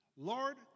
Lord